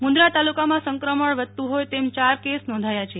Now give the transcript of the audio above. મુંદરા તાલુકામાં સંક્રમણ વધતું હોય તેમ ચાર કેસ નોંધાયા છે